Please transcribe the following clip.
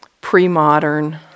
pre-modern